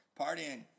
partying